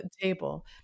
table